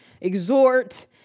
exhort